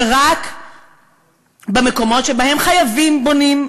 שרק במקומות שבהם חייבים בונים,